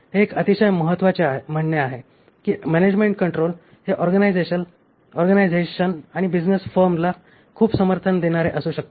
हे एक अतिशय महत्त्वाचे म्हणणे आहे की मॅनॅजमेण्ट कंट्रोल हे ऑर्गनायझेशन आणि बिझनेस फर्म्सला खूप समर्थन देणारे असू शकते